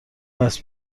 است